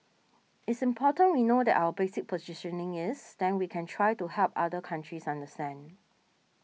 it's important we know what our basic positioning is then we can try to help other countries understand